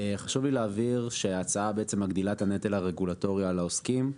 חשוב לי להבהיר שההצעה בעצם מגדילה את הנטל הרגולטורי על העוסקים.